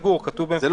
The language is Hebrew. כבר מזמן לא היית